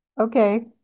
Okay